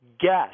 guess